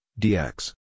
DX